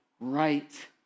right